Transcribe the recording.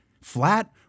Flat